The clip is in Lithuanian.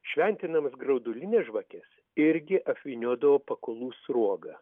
šventinamas graudulines žvakes irgi apvyniodavo pakulų sruogą